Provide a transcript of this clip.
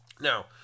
Now